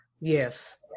Yes